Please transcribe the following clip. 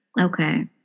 Okay